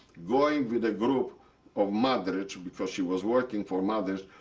going with a group of madritsch, and because she was working for madritsch,